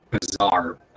bizarre